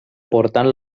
portant